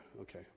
okay